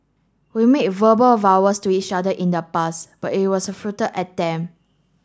we made verbal vowels to each other in the past but it was a futile attempt